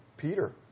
Peter